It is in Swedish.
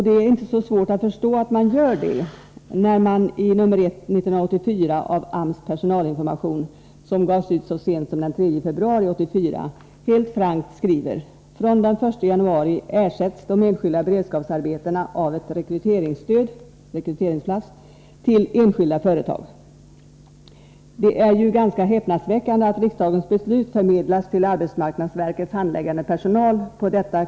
Det är inte så svårt att förstå att så sker när man i AMS Personalinformation nr 1/1984, som gavs ut så sent som den 3 februari 1984, helt frankt skriver: Det är häpnadsväckande att riksdagens beslut på detta klart oriktiga sätt förmedlas till arbetsmarknadsverkets handläggande personal.